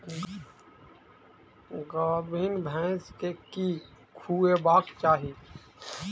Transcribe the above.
गाभीन भैंस केँ की खुएबाक चाहि?